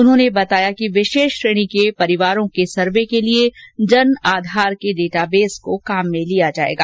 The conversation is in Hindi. उन्होंने बताया कि विशेष श्रेणी के परिवारों के सर्वे के लिए जन आधार के डेटाबेस को काम में लिया जाएगा